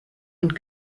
und